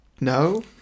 no